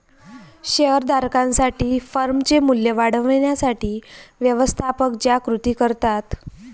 share धारकांसाठी फर्मचे मूल्य वाढवण्यासाठी व्यवस्थापक ज्या कृती करतात